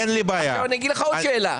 עוד שאלה.